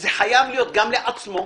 חייב להיות גם לעצמו,